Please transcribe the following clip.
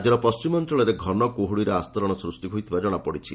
ରାଜ୍ୟର ପଶ୍ଚିମ ଅଞ୍ଚଳରେ ଘନ କୁହୁଡ଼ିର ଆସ୍ତରଣ ସୃଷ୍ଟି ହୋଇଥିବା ଜଣାପଡ଼ିଛି